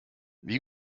wie